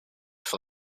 for